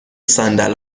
صندل